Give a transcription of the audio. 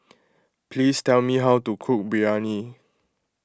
please tell me how to cook Biryani